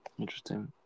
Interesting